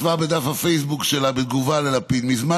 כתבה בדף הפייסבוק שלה בתגובה ללפיד: "מזמן